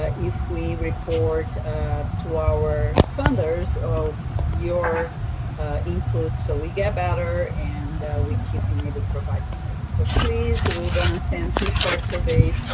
ah if we report ah to our funders your input. so we get better and we keep being able to provide this service. so, please we're going to send two short surveys,